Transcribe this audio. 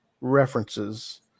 references